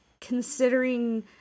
considering